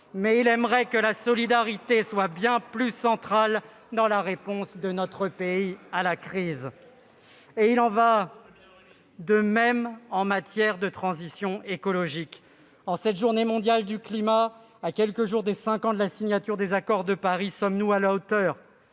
mais il aimerait que la solidarité soit bien plus centrale dans la réponse de notre pays à la crise. Très bien ! Il en va de même en matière de transition écologique. En cette Journée mondiale du climat, à quelques jours des cinq ans de la signature de l'accord de Paris, sommes-nous à la hauteur